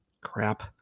Crap